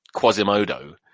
Quasimodo